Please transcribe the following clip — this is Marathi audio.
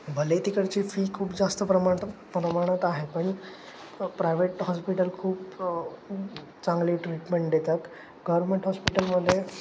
भले तिकडची फी खूप जास्त प्रमाण प्रमाणात आहे पण प्रायव्हेट हॉस्पिटल खूप चांगली ट्रीटमेंट देतात गवर्मेंट हॉस्पिटलमध्ये